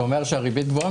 אתה אומר שהריבית גבוהה